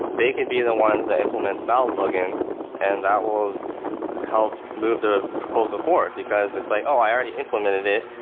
they can be the ones that implement the babel plug-in and that will help move the proposal forward, because it's like, oh, i already implemented it.